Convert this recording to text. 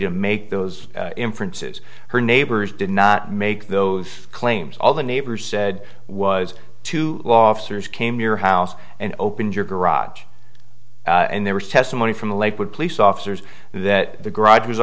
to make those inferences her neighbors did not make those claims all the neighbors said was too law officers came to your house and opened your garage and there was testimony from the lakewood police officers that the garage was